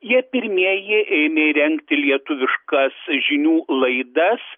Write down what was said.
jie pirmieji ėmė rengti lietuviškas žinių laidas